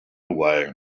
away